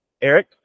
Eric